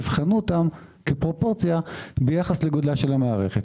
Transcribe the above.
תבחנו אותם ביחס לגודלה של המערכת.